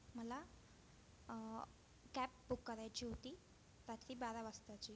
मला cab book करायची होती रात्री बारा वाजताची